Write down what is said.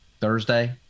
Thursday